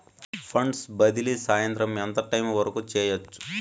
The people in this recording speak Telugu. ఫండ్స్ బదిలీ సాయంత్రం ఎంత టైము వరకు చేయొచ్చు